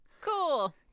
Cool